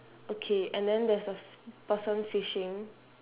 okay and then there's a person fishing